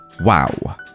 Wow